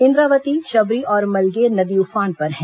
इंद्रावती शबरी और मलगेर नदी उफान पर हैं